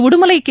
Udumalai K